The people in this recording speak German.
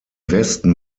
westen